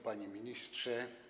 Panie Ministrze!